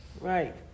Right